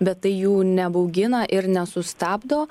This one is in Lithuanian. bet tai jų nebaugina ir nesustabdo